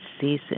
season